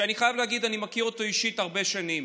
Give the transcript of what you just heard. שאני חייב להגיד, אני מכיר אותו אישית הרבה שנים.